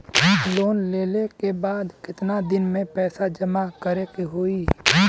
Loan लेले के बाद कितना दिन में पैसा जमा करे के होई?